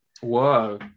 Whoa